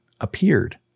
appeared